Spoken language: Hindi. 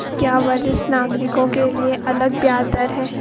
क्या वरिष्ठ नागरिकों के लिए अलग ब्याज दर है?